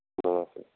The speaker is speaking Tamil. ஆமாம் சார்